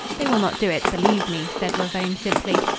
they will not do it, believe me, said ravone simply.